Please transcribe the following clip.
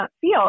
feel